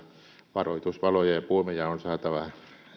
varoitusvaloja ja puomeja on saatava